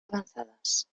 avanzadas